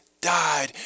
died